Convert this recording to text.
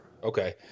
Okay